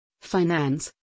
finance